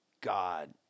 God